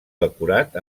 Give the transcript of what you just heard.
decorat